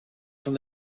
from